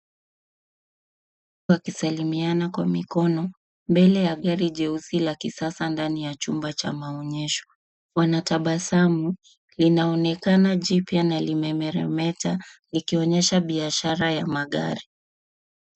Wakisalimiana kwa mikono mbele ya gari jeusi la kisasa ndani ya chumba cha maonyesho, wanatabasamu. Linaonekana jipya na limemeremeta likionesha biashara ya magari.